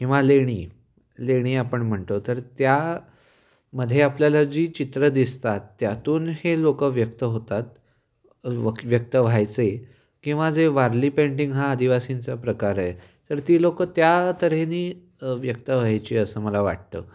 किंवा लेणी लेणी आपण म्हणतो तर त्यामध्ये आपल्याला जी चित्रं दिसतात त्यातून हे लोकं व्यक्त होतात व व्यक्त व्हायचे किंवा जे वारली पेंटिंग हा आदिवासींचा प्रकार आहे तर ती लोक त्या तऱ्हेनी व्यक्त व्हायची असं मला वाटतं